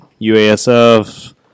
UASF